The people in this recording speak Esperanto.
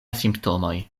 simptomoj